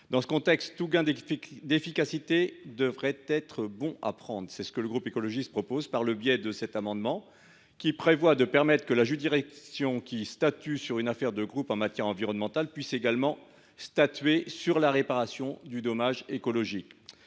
Dans ce contexte, tout gain d’efficacité devrait être bon à prendre. C’est ce que le groupe écologiste propose par le biais de cet amendement qui vise à ce que la juridiction qui statue sur une action de groupe en matière environnementale puisse également statuer sur la réparation du dommage écologique.